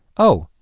oh,